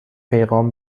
پیغام